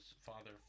father